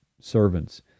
servants